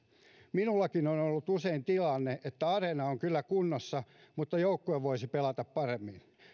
minullakin on ollut usein tilanne että areena on kyllä kunnossa mutta joukkue voisi pelata paremmin